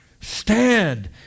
Stand